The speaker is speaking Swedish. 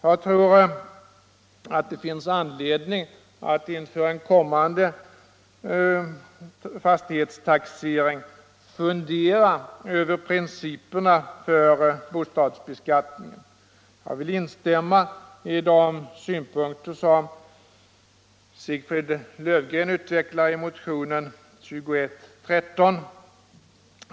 Jag tror att det finns anledning att inför en kommande fastighetstaxering fundera över principerna för bostadsbeskattningen och jag vill instämma i de synpunkter som Sigfrid Löfgren utvecklar i motionen 2113.